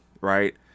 right